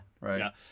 right